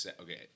okay